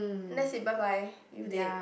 then that's it bye bye you dead